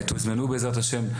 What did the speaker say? תוזמנו בעזרת השם.